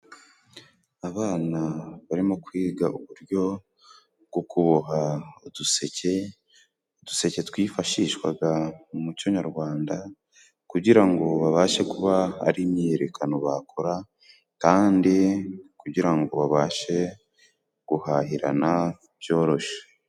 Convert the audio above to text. Abana barimo kwiga uburyo bwo kuboha uduseke, uduseke twifashishwaga mu muco nyarwanda, kugira ngo babashe kuba ari imyiyerekano bakora, kandi kugira ngo babashe guhahirana byoroshe.